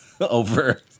over